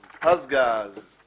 זה צריך להיות במהירות הראויה,